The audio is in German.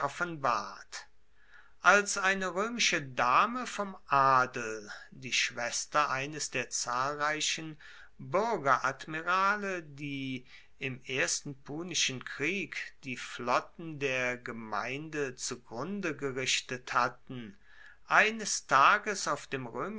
als eine roemische dame vom hohen adel die schwester eines der zahlreichen buergeradmirale die im ersten punischen krieg die flotten der gemeinde zugrunde gerichtet hatten eines tages auf dem